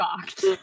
shocked